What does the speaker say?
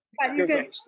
good